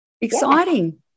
Exciting